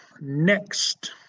next